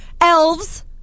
Elves